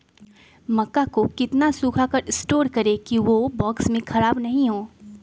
मक्का को कितना सूखा कर स्टोर करें की ओ बॉक्स में ख़राब नहीं हो?